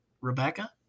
Rebecca